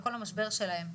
על כל המשבר שלהם.